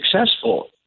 successful